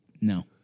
No